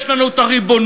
יש לנו הריבונות,